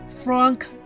Frank